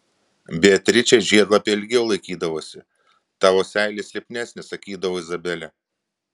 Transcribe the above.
beatričei žiedlapiai ilgiau laikydavosi tavo seilės lipnesnės sakydavo izabelė